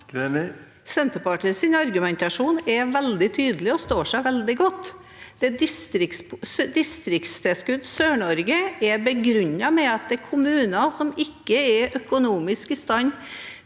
Senterpartiets argu- mentasjon er veldig tydelig og står seg veldig godt. Distriktstilskudd Sør-Norge er begrunnet med at kommuner som ikke er økonomisk i stand